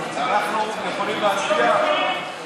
אנחנו יכולים להצביע?